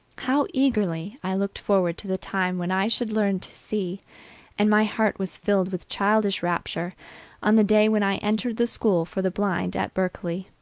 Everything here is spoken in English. how eagerly i looked forward to the time when i should learn to see and my heart was filled with childish rapture on the day when i entered the school for the blind at berkeley.